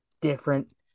different